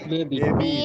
Baby